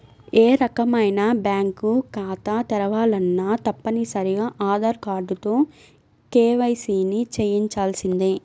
ఏ రకమైన బ్యేంకు ఖాతా తెరవాలన్నా తప్పనిసరిగా ఆధార్ కార్డుతో కేవైసీని చెయ్యించాల్సిందే